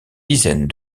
dizaine